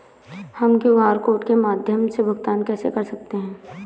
हम QR code के माध्यम से भुगतान कैसे कर सकते हैं?